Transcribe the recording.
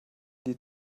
die